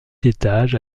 étages